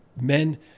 men